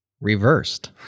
reversed